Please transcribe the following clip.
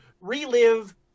relive